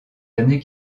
années